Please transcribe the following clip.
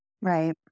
Right